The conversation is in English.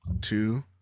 two